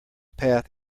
path